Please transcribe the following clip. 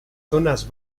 zonas